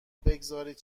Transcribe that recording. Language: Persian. بگذارید